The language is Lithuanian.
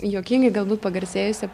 juokingai galbūt pagarsėjusia